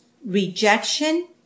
Rejection